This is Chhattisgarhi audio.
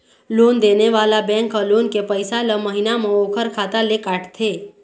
लोन देने वाला बेंक ह लोन के पइसा ल महिना म ओखर खाता ले काटथे